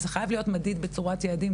וזה חייב להיות מדיד בצורת יעדים,